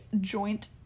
joint